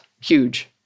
huge